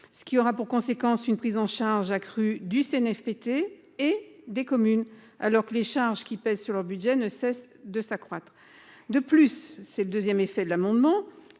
ce qui aura pour conséquence une prise en charge accrue du Cnfpt et des communes alors que les charges qui pèsent sur le budget ne cesse de s'accroître de plus c'est le 2ème. Effet de l'amendement.